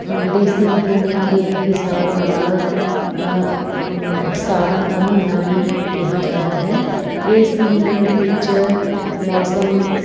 ਦੇਸੀ ਮਹੀਨਿਆਂ ਦੇ ਹਿਸਾਬ ਨਾਲ ਸਾਵਣ ਦਾ ਮਹੀਨਾ ਵੀ ਕਿਹਾ ਜਾਂਦਾ ਹੈ ਇਸ ਮਹੀਨੇ ਦੇ ਵਿੱਚ ਮੌਸਮ